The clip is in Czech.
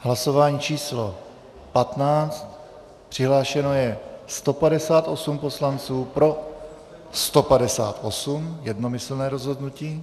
Hlasování číslo 15, přihlášeno je 158 poslanců, pro 158, jednomyslné rozhodnutí.